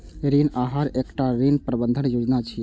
ऋण आहार एकटा ऋण प्रबंधन योजना छियै